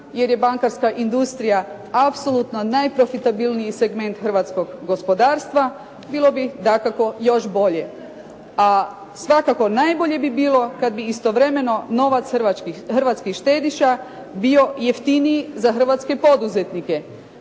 jer je bankarska industrija apsolutno najprofitabilniji segment hrvatskog gospodarstva bilo bi dakako još bolje. A svakako najbolje bi bilo kad bi istovremeno novac hrvatskih štediša bio jeftiniji za hrvatske poduzetnike,